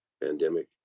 pandemic